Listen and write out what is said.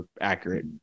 accurate